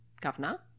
Governor